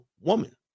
woman